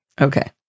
Okay